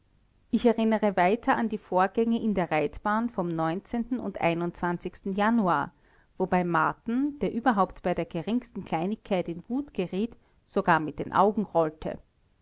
ich erinnere weiter an die vorgänge in der reitbahn vom und januar wobei marten der überhaupt bei der geringsten kleinigkeit in wut geriet sogar mit den augen rollte